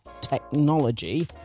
technology